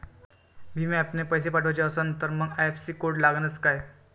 भीम ॲपनं पैसे पाठवायचा असन तर मंग आय.एफ.एस.सी कोड लागनच काय?